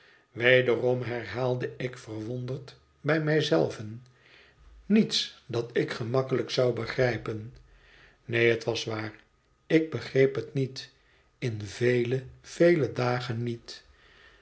wederom herhaalde ik verwonderd bij mij zelve niets dat ik gemakkelijk zou hegrijpen neen het was waar ik begreep het niet in vele vele dagen niet